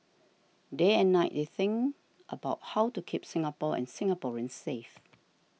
day and night they think about how to keep Singapore and Singaporeans safe